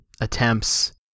attempts